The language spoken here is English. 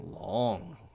long